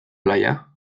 playa